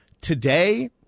Today